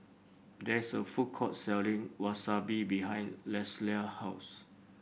there is a food court selling Wasabi behind Lelia's house